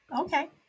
okay